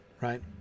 right